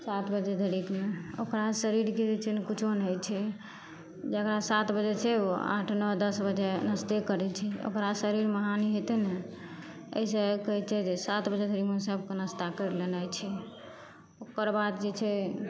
सात बजे धरिकमे ओकरा शरीरके जे छै ने किछु नहि होइ छै जकरा सात बजे छै ओ आठ नओ दस बजे नश्ते करै छै ओकरा शरीरमे हानि हेतै ने एहिसे कहै छै जे सात बजे धरिमे सभकेँ नाश्ता करि लेनाइ छै ओकर बाद जे छै